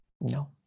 No